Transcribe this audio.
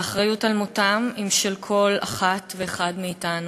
והאחריות למותם היא של כל אחת ואחד מאתנו.